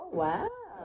wow